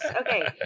Okay